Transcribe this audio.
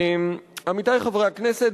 עמיתי חברי הכנסת,